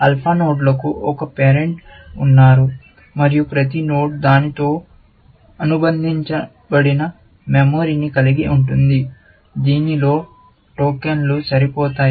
alpha నోడ్లకు ఒక parent ఉన్నారు మరియు ప్రతి నోడ్ దానితో అనుబంధించబడిన మెమరీని కలిగి ఉంటుంది దీనిలో టోకెన్లు సరిపోతాయి